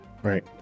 Right